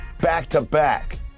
Back-to-back